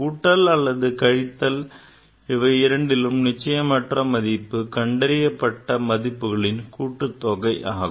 கூட்டல் அல்லது கழித்தல் இவை இரண்டிற்குமான நிச்சயமற்ற மதிப்பு கண்டறியப்பட்ட மதிப்புகளின் கூட்டுத்தொகை ஆகும்